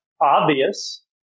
obvious